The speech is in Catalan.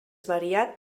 variat